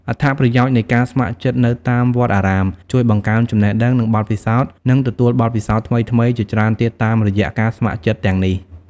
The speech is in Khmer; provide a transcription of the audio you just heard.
អត្ថប្រយោជន៍នៃការស្ម័គ្រចិត្តនៅតាមវត្តអារាម ជួយបង្កើនចំណេះដឹង និងបទពិសោធន៍ នឹងទទួលបទពិសោធន៍ថ្មីៗជាច្រើនទៀតតាមរយៈការស្ម័គ្រទាំងនេះ។